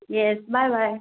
yes bye bye